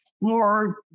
more